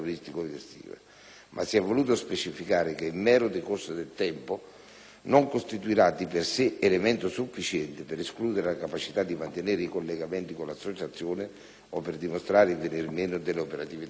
ma si è voluto specificare che il mero decorso del tempo non costituirà, di per sé, elemento sufficiente per escludere la capacità di mantenere i collegamenti con l'associazione o per dimostrare il venir meno dell'operatività della stessa.